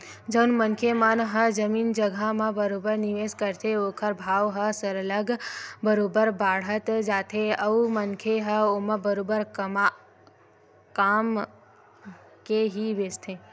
जउन मनखे मन ह जमीन जघा म बरोबर निवेस करथे ओखर भाव ह सरलग बरोबर बाड़त जाथे अउ मनखे ह ओमा बरोबर कमा के ही बेंचथे